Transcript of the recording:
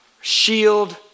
shield